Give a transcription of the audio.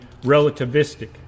relativistic